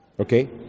Okay